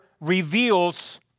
reveals